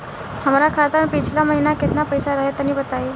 हमरा खाता मे पिछला महीना केतना पईसा रहे तनि बताई?